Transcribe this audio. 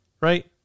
Right